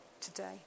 today